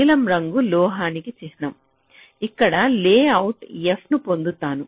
నీలం రంగు లోహానికి ఇక్కడ అవుట్పుట్ f ను పొందుతాను